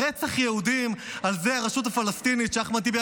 בשטחי הרשות הפלסטינית אומנם,